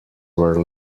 were